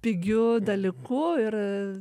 pigiu dalyku ir